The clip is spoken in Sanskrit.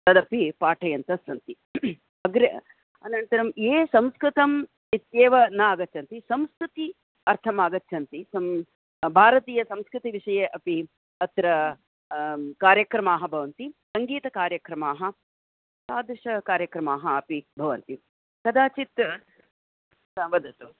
तदपि पाठयन्तस्सन्ति अग्रे अनन्तरं ये संस्कृतम् इत्येव न आगच्छन्ति संस्कृति अर्थम् आगच्छन्ति सं भारतीयसंस्कृतिविषये अपि अत्र कार्यक्रमाः भवन्ति सङ्गीतकार्यक्रमाः तादृशकार्यक्रमाः अपि भवन्ति कदाचित् वदतु